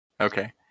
Okay